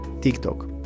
TikTok